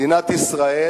מדינת ישראל